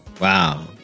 Wow